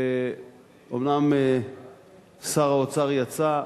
אומנם שר האוצר יצא,